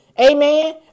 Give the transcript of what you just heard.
Amen